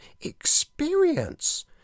experience